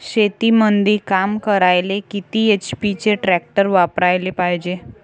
शेतीमंदी काम करायले किती एच.पी चे ट्रॅक्टर वापरायले पायजे?